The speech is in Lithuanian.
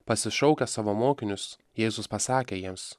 pasišaukęs savo mokinius jėzus pasakė jiems